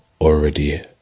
already